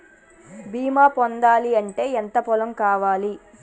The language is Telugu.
బీమా పొందాలి అంటే ఎంత పొలం కావాలి?